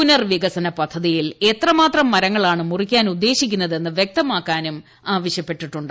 പുനർവികസന പദ്ധ തിയിൽ എത്രമാത്രം മരങ്ങളാണ് മുറിക്കാനുദ്ദേശിക്കുന്നതെന്ന് വ്യക്തമാക്കാനും ആവശ്യപ്പെട്ടിട്ടുണ്ട്